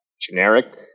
generic